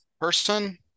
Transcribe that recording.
person